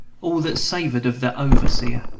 all that savored of the overseer.